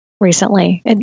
recently